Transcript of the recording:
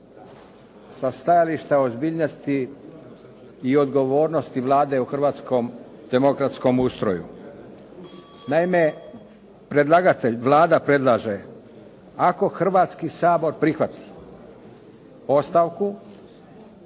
sa stajališta ozbiljnosti i odgovornosti Vlade u hrvatskom demokratskom ustroju. Naime, predlagatelj Vlada predlaže, ako Hrvatski sabor prihvati ostavku.